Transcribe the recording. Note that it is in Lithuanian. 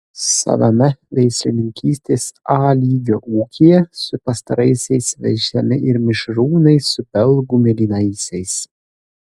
savame veislininkystės a lygio ūkyje su pastaraisiais veisiami ir mišrūnai su belgų mėlynaisiais